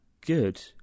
good